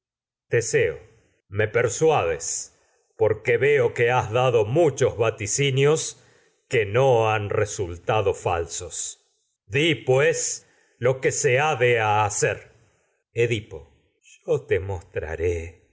teseo me persuades que no porque veo que has dado muchos vaticinios lo han resultado falsos di pues que se ha de hacer te edipo yo de las y mostraré